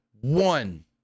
one